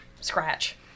scratch